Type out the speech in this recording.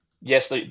yes